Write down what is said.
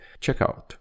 checkout